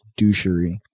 douchery